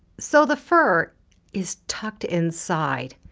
so the fur is tucked inside.